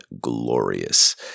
glorious